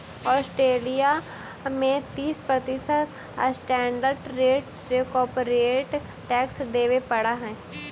Australia में तीस प्रतिशत स्टैंडर्ड रेट से कॉरपोरेट टैक्स देवे पड़ऽ हई